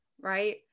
right